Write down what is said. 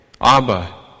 Abba